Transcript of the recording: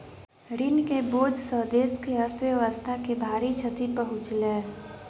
ऋण के बोझ सॅ देस के अर्थव्यवस्था के भारी क्षति पहुँचलै